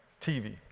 TV